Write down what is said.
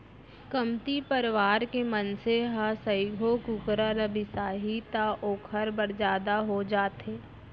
कमती परवार के मनसे ह सइघो कुकरा ल बिसाही त ओकर बर जादा हो जाथे